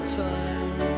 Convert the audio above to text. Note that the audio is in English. time